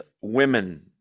women